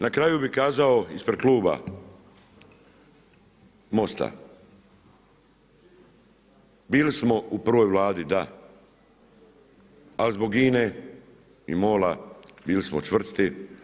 Na kraju bi kazao ispred kluba MOST-a, bili smo u prvoj Vladi da, ali zbog INA-e i MOL-a bili smo čvrsti.